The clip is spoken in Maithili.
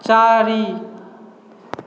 चारि